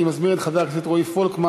אני מזמין את חבר הכנסת רועי פולקמן